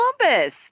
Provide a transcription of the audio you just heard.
Columbus